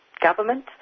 government